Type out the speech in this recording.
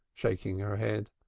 shaking her head.